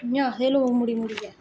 इ'यां आखदे लोक मुड़ी मुड़ियै